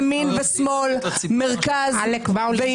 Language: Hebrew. אתה רוצה לקחת בסוף את זכויות הפרט של